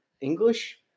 English